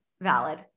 valid